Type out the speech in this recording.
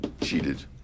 cheated